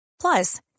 Plus